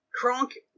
Kronk